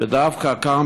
ודווקא כאן,